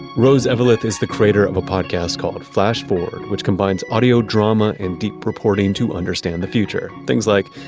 rose eveleth is the creator of a podcast called flash forward, which combines audio, drama, and deep reporting, to understand the future. things like,